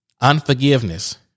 Unforgiveness